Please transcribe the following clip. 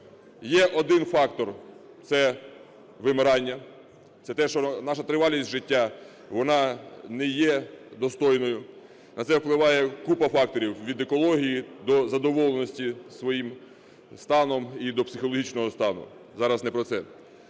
Є один фактор – це вимирання, це те, що наша тривалість життя, вона не є достойною. На це впливає купа факторів: від екології до задоволеності своїм станом і до психологічного стану. Зараз не про це.